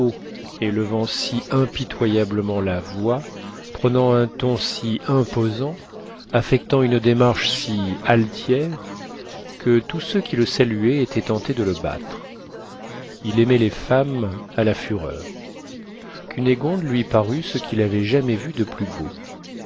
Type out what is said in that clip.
haut élevant si impitoyablement la voix prenant un ton si imposant affectant une démarche si altière que tous ceux qui le saluaient étaient tentés de le battre il aimait les femmes à la fureur cunégonde lui parut ce qu'il avait jamais vu de plus beau